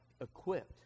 equipped